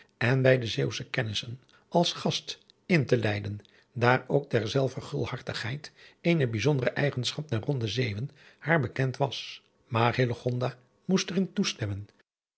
en bij de zeeuwsche kennissen als gast in te leiden daar ook derzelver gulhartigheid eene bijzondere eigenschap der ronde zeeuwen haar bekend was maar hillegonda moest er in toestemmen